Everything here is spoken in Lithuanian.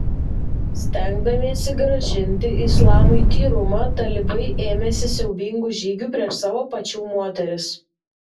stengdamiesi grąžinti islamui tyrumą talibai ėmėsi siaubingų žygių prieš savo pačių moteris